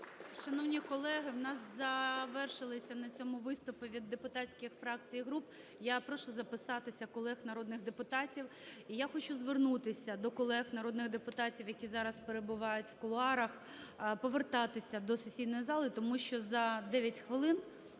Шановні колеги, в нас завершилися на цьому виступи від депутатський фракцій і груп. Я прошу записатися колег народних депутатів. І я хочу звернутися до колег народних депутатів, які зараз перебувають в кулуарах, повертатися до сесійної зали, тому що за 9 хвилин